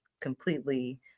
completely